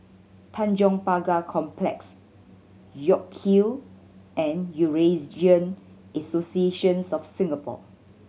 Tanjong Pagar Complex York Hill and Eurasian Associations of Singapore